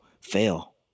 fail